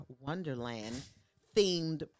wonderland-themed